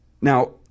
Now